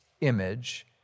image